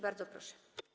Bardzo proszę.